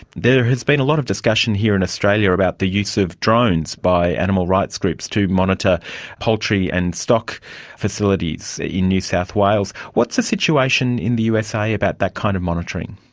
there has been a lot of discussion here in australia about the use of drones by animal rights groups to monitor poultry and stock facilities in new south wales. what's the situation in the usa about that kind of monitoring?